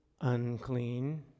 unclean